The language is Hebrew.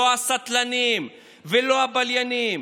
לא הסטלנים ולא הבליינים.